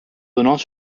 donnant